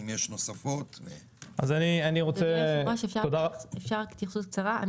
אדוני היושב-ראש, אפשר התייחסות קצרה?